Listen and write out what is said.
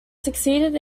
succeeded